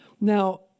Now